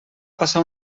passar